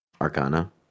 Arcana